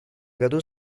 году